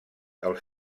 els